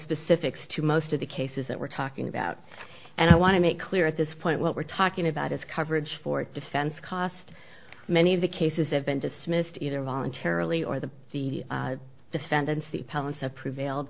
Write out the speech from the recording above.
specifics to most of the cases that we're talking about and i want to make clear at this point what we're talking about is coverage for defense cost many of the cases have been dismissed either voluntarily or the the defendants the parents have prevailed